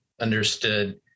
understood